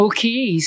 Okay